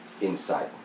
inside